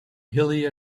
hilly